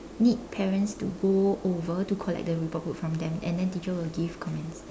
meet parents to go over to collect the report book from them and then teacher will give comments